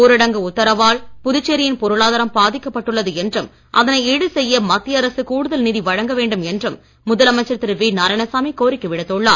ஊரடங்கு புதுச்சேரியின் பொருளாதாரம் உத்தரவால் பாதிக்கப்பட்டுள்ளது என்றும் அதனை ஈடு செய்ய மத்திய அரசு கூடுதல் நிதி வழங்க வேண்டும் என்று முதலமைச்சர் திரு வி நாராயணசாமி கோரிக்கை விடுத்துள்ளார்